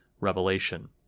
revelation